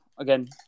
Again